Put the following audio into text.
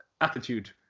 attitude